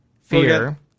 fear